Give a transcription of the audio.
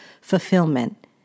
fulfillment